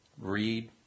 read